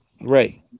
Right